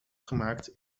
gemaakt